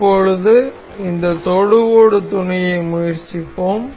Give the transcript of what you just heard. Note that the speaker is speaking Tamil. இப்பொழுது இந்த தொடுகோடு துணையை முயற்சிப்போம்